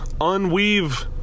unweave